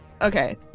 okay